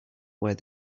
where